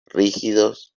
rígidos